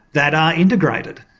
that are integrated.